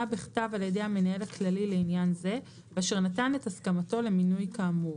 בכתב על ידי המנהל הכללי לעניין זה ואשר נתן את הסכמתו למינוי כאמור".